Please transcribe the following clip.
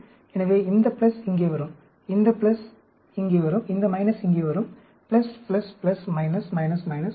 எனவே இந்த பிளஸ் இங்கே வரும் இந்த பிளஸ் இங்கே வரும் இந்த மைனஸ் இங்கே வரும் plus plus plus minus minus minus plus